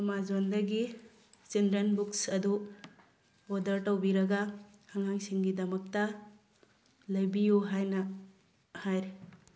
ꯑꯃꯥꯖꯣꯟꯗꯒꯤ children books ꯑꯗꯨ order ꯇꯧꯕꯤꯔꯒ ꯑꯉꯥꯡꯁꯤꯡꯒꯤꯗꯃꯛꯇ ꯂꯩꯕꯤꯌꯨ ꯍꯥꯏꯅ ꯍꯥꯏꯔꯤ